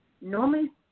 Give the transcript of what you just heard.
Normally